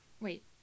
wait